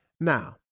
Now